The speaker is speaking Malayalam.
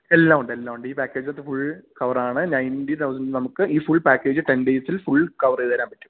എല്ലാമുണ്ട് എല്ലാമുണ്ട് ഈ പാക്കേജിനകത്ത് ഫുൾ കവറാണ് നയൻറ്റി തൗസൻഡ് നമുക്ക് ഈ ഫുൾ പാക്കേജ് ടെൻ ഡേയ്സിൽ ഫുൾ കവര് ചെയ്തുതരാൻ പറ്റും